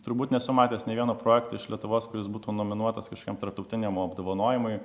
turbūt nesu matęs nė vieno projekto iš lietuvos kuris būtų nominuotas kažkam tarptautiniam apdovanojimui